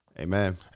Amen